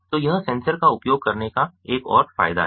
तो यह सेंसर का उपयोग करने का एक और फायदा है